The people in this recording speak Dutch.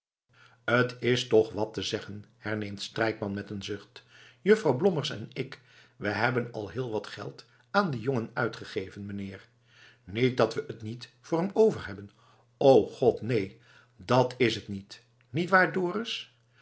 t is toch wat te zeggen herneemt strijkman met een zucht juffrouw blommers en ik we hebben al heel wat geld aan dien jongen uitgegeven meneer niet dat we t niet voor hem overhebben och god neen dat is t niet niet